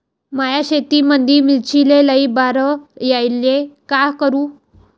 माया शेतामंदी मिर्चीले लई बार यायले का करू?